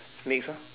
next ah